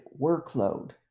workload